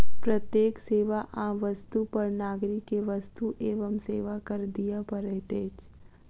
प्रत्येक सेवा आ वस्तु पर नागरिक के वस्तु एवं सेवा कर दिअ पड़ैत अछि